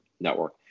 network